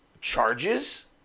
Charges